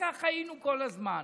וכך חיינו כל הזמן.